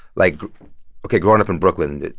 like ok, growing up in brooklyn, and